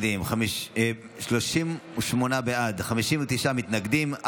38 בעד, 59 מתנגדים.